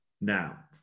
now